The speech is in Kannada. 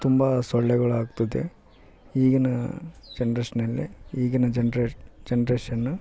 ತುಂಬ ಸೊಳ್ಳೆಗಳು ಆಗ್ತಿದೆ ಈಗಿನ ಜನ್ರೇಷ್ನಲ್ಲಿ ಈಗಿನ ಜನರೇಷ್ ಜನ್ರೇಷನ್